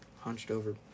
hunched-over